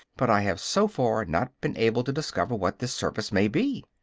but i have so far not been able to discover what this service may be.